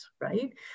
Right